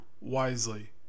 wisely